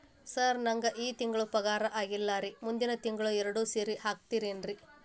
sir ನಂಗ ಈ ತಿಂಗಳು ಪಗಾರ ಆಗಿಲ್ಲಾರಿ ಮುಂದಿನ ತಿಂಗಳು ಎರಡು ಸೇರಿ ಹಾಕತೇನ್ರಿ